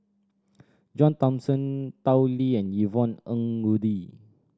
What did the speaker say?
John Thomson Tao Li and Yvonne Ng Uhde